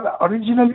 originally